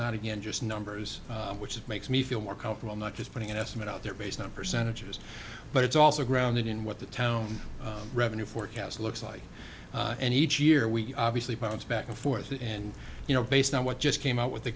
not again just numbers which it makes me feel more comfortable not just putting an estimate out there based on percentages but it's also grounded in what the town revenue forecast looks like and each year we obviously bounce back and forth and you know based on what just came out with the